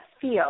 feel